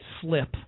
slip